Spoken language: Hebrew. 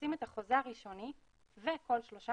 כשעושים את החוזה הראשוני וכל שלושה